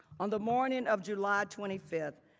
on the morning of july twenty five,